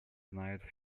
знают